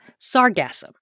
sargassum